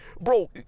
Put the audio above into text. bro